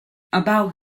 about